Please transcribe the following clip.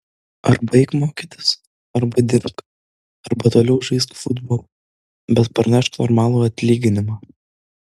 arba eik mokytis arba dirbk arba toliau žaisk futbolą bet parnešk normalų atlyginimą